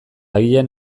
agian